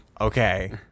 okay